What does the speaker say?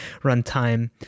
runtime